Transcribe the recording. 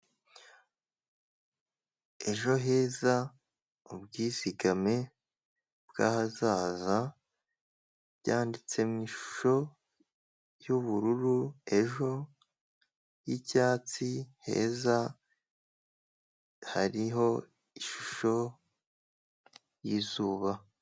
Ejo heza ubwizigame bw'ahazaza bwanditse mu ishisho y'ubururu, ejo y'icyatsi heza hariho ishusho y'izuba.